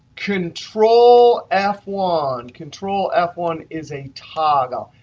control f one, control f one is a toggle.